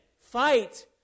fight